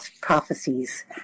prophecies